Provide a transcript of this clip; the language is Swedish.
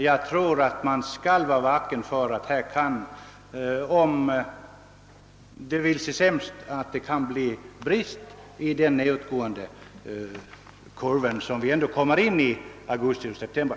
Jag tror att man måste se upp, ty om det vill sig illa kan det bli brist när vi kommer in i augusti och september.